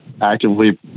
actively